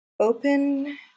open